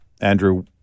Andrew